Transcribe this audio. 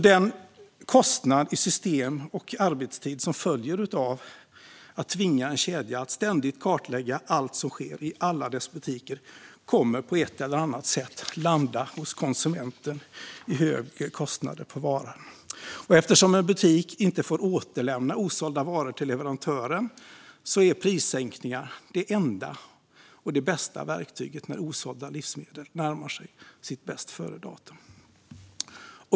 Den kostnad i system och arbetstid som följer av att tvinga en kedja att ständigt kartlägga allt som sker i alla dess butiker kommer på ett eller annat sätt att landa på konsumenten i form av högre kostnader för varan. Eftersom en butik inte får återlämna osålda varor till leverantören är prissänkningar det enda och bästa verktyget när osålda livsmedel närmar sig bästföredatum.